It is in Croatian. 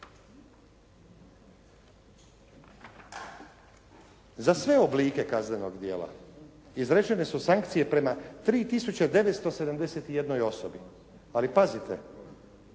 Za sve oblike kaznenog djela izrečene su sankcije prema 3 tisuće 971 osobi. Ali pazite